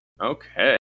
Okay